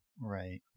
Right